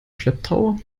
schlepptau